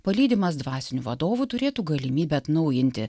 palydimas dvasinių vadovų turėtų galimybę atnaujinti